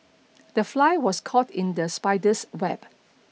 the fly was caught in the spider's web